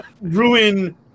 ruin